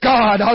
God